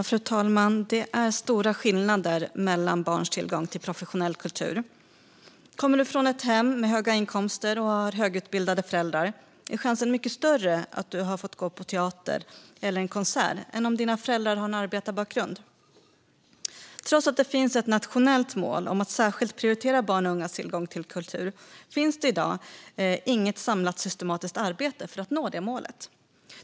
Fru talman! Det är stora skillnader mellan barns tillgång till professionell kultur. Kommer du från ett hem med höga inkomster och har högutbildade föräldrar är chansen mycket större att du har gått på teater eller en konsert än om dina föräldrar har en arbetarbakgrund. Trots att det finns ett nationellt mål om att särskilt prioritera barns och ungas tillgång till kultur finns det i dag inget samlat systematiskt arbete för att nå det målet.